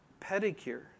pedicure